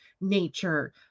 nature